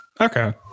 okay